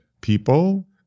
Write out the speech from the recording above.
people